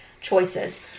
choices